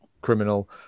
criminal